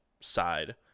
side